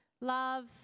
love